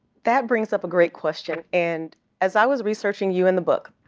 that brings up a great question. and as i was researching you and the book,